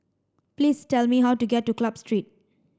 please tell me how to get to Club Street